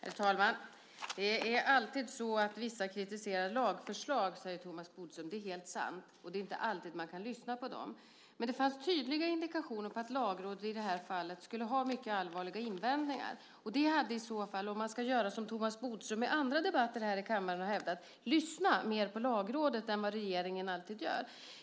Herr talman! Det är alltid så att lagförslag kritiseras av vissa, säger Thomas Bodström. Det är helt sant, och det är inte alltid man kan lyssna på dem. Men det fanns tydliga indikationer på att Lagrådet i det här fallet skulle ha mycket allvarliga invändningar. Thomas Bodström brukar ju i andra debatter här i kammaren hävda att regeringen borde lyssna mer på Lagrådet.